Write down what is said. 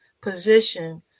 position